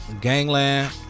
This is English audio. Gangland